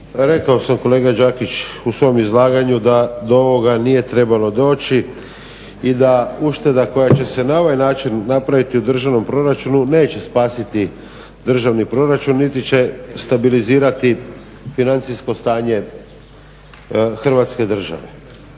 Rekao sam kolega Đakić u svom izlaganju da do ovoga nije trebalo doći i da ušteda koja će se na ovaj način napraviti u državnom proračunu neće spasiti državni proračun niti će stabilizirati financijsko stanje Hrvatske države.